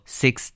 six